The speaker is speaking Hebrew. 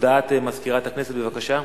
הודעת מזכירת הכנסת, בבקשה.